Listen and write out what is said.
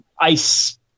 ice